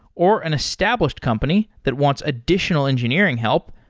or an established company that wants additional engineering help,